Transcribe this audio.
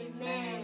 Amen